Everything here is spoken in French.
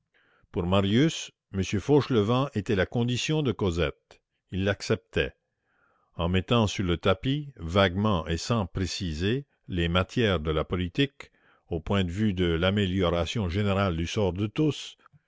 pour marius m fauchelevent était la condition de cosette il l'acceptait en mettant sur le tapis vaguement et sans préciser les matières de la politique au point de vue de l'amélioration générale du sort de tous